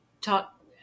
talk